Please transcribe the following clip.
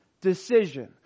decision